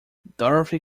dorothy